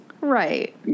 Right